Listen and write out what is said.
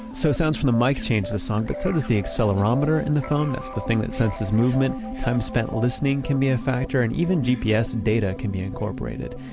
so sounds from the mic change the song, but so does the accelerometer in the phone, that's the thing that senses movement, time spent listening can be a factor, and even gps data can be incorporated.